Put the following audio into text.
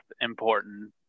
important